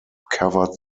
covered